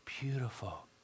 beautiful